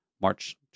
March